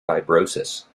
fibrosis